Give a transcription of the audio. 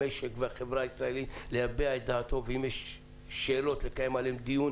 המשק והחברה הישראלית להביע את דעתם ואם יש שאלות לקיים דיון.